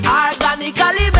organically